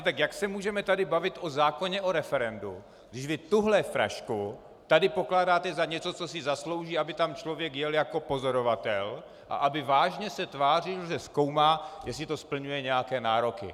Tak se můžeme tady bavit o zákoně o referendu, když vy tuhle frašku tady pokládáte za něco, co si zaslouží, aby tam člověk jel jako pozorovatel a aby vážně se tvářil, že zkoumá, jestli to splňuje nějaké nároky.